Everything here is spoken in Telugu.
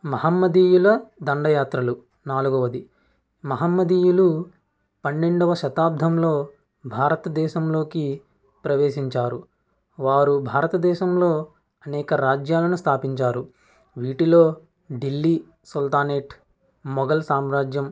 మహమ్మదీయుల దండయాత్రలు నాలుగవది మహమ్మదీయులు పన్నెండవ శతాబ్దంలో భారతదేశంలోకి ప్రవేశించారు వారు భారతదేశంలో అనేక రాజ్యాలను స్థాపించారు వీటిలో ఢిల్లీ సుల్తానేట్ మొఘల్ సామ్రాజ్యం